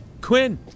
Quinn